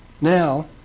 now